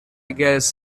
guess